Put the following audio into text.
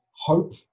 hope